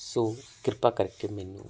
ਸੋ ਕਿਰਪਾ ਕਰਕੇ ਮੈਨੂੰ